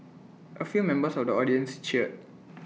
A few members of the audience cheered